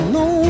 no